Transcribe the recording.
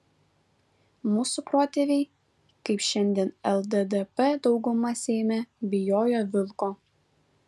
mūsų protėviai kaip šiandien lddp dauguma seime bijojo vilko